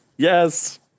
Yes